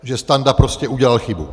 Že Standa prostě udělal chybu.